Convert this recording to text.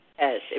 Yes